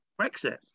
Brexit